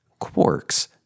quarks